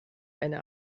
eine